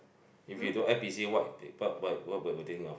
if you don't act busy what what what will they think of